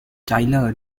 tyler